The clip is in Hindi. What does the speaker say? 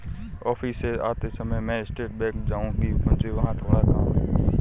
ऑफिस से आते समय मैं स्टेट बैंक जाऊँगी, मुझे वहाँ थोड़ा काम है